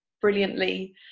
brilliantly